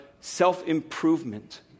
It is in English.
self-improvement